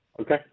Okay